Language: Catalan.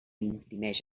imprimeix